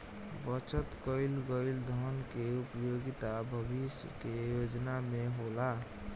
बचत कईल गईल धन के उपयोगिता भविष्य के योजना में होला